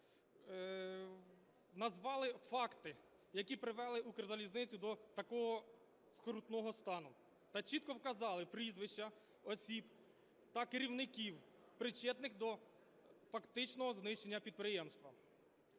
назвали факти, які привели Укрзалізницю до такого скрутного стану, та чітко вказали прізвища осіб та керівників, причетних до фактичного знищення підприємства.